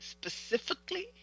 specifically